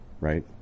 right